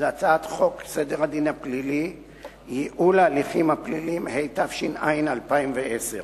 הצעת חוק סדר הדין הפלילי (תיקון מס' 65) (הסדר טיעון),